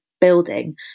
building